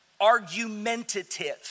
argumentative